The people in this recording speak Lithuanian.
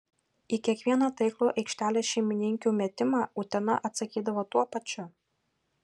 į kiekvieną taiklų aikštelės šeimininkių metimą utena atsakydavo tuo pačiu